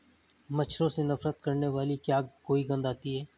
मच्छरों से नफरत करने वाली क्या कोई गंध आती है?